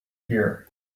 here